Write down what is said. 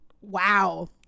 wow